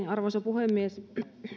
arvoisa puhemies